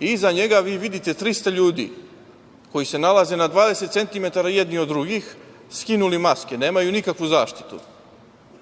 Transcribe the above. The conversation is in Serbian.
iza njega vidite 300 ljudi koji se nalaze na 20 cm jedni od drugih, skinuli maske, nemaju nikakvu zaštitu,